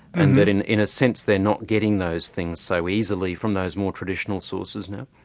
and that in in a sense they're not getting those things so easily from those more traditional sources now?